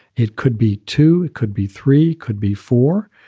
it could be two, could be three, could be four.